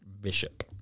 Bishop